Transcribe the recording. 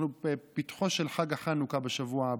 אנחנו בפתחו של חג החנוכה בשבוע הבא.